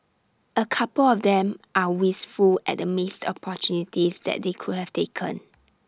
A couple of them are wistful at the missed opportunities that they could have taken